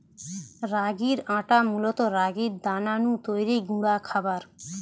রাগির আটা মূলত রাগির দানা নু তৈরি গুঁড়া খাবার